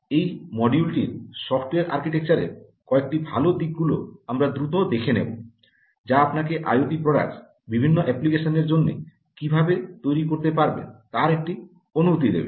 এই মডিউলটির সফ্টওয়্যার আর্কিটেকচারের কয়েকটি ভাল দিকগুলো আমরা দ্রুত দেখে নেব যা আপনাকে আইওটি প্রডাক্টস বিভিন্ন অ্যাপ্লিকেশনের জন্য কীভাবে তৈরি করতে পারবেন তার একটি অনুভূতি দেবে